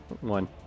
one